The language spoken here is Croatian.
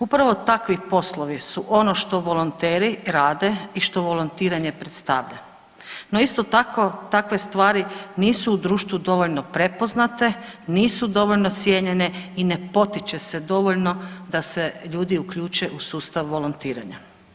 Upravo takvi poslovi su ono što volonteri radi i što volontiranje predstavlja no isto tako takve stvari nisu u društvu dovoljno prepoznate, nisu dovoljno cijenjene i ne potiče se dovoljno da se ljudi uključe u sustav volontiranja.